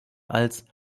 als